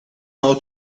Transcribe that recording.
how